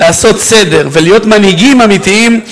לעשות סדר ולהיות מנהיגים אמיתיים,